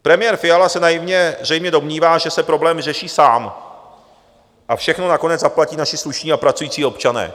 Premiér Fiala se naivně zřejmě domnívá, že se problém vyřeší sám a všechno nakonec zaplatí naši slušní a pracující občané.